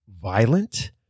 violent